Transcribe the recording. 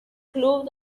club